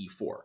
e4